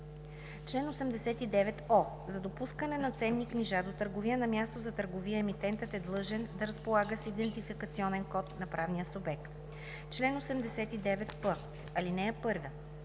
Чл. 89о. За допускане на ценни книжа до търговия на място за търговия емитентът е длъжен да разполага с идентификационен код на правния субект. Чл. 89п. (1)